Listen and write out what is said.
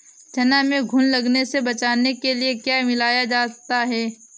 चना में घुन लगने से बचाने के लिए क्या मिलाया जाता है?